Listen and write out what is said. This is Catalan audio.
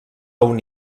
una